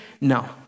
no